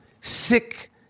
sick